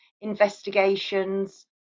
investigations